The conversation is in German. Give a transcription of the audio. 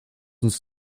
uns